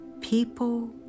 people